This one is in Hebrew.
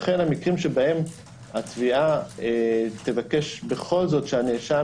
לכן המקרים שבהם התביעה תבקש בכל זאת שהנאשם